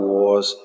Wars